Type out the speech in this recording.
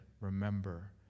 Remember